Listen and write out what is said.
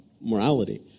morality